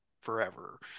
forever